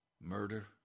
murder